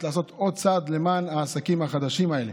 לעשות עוד צעד למען העסקים החדשים האלה.